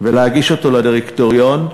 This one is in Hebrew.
ולהגיש אותו לדירקטוריון,